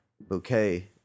bouquet